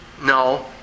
No